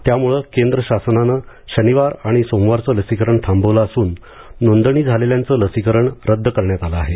त्यामुळे केंद्र शासनाने शनिवार आणि सोमवारचं लसीकरण थांबवलं असून नोंदणी झालेल्यांचं लसीकरण रद्द करण्यात आलं आहे